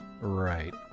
Right